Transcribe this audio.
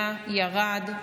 היה, ירד.